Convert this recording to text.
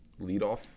leadoff